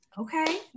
okay